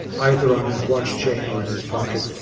either on his watch-chain or in his pocket,